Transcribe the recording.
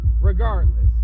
regardless